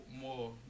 more